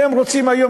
והם רוצים היום,